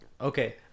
Okay